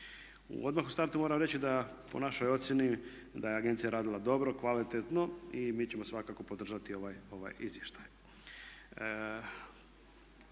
Odmah u startu moram reći da po našoj ocjeni da je agencija radila dobro, kvalitetno i mi ćemo svakako podržati ovaj izvještaj.